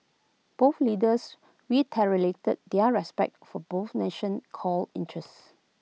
both leaders reiterated their respect for both nation's core interests